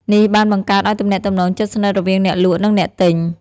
នេះបានបង្កើតឱ្យមានទំនាក់ទំនងជិតស្និទ្ធរវាងអ្នកលក់និងអ្នកទិញ។